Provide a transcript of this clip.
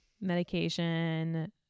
Medication